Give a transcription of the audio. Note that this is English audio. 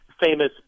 famous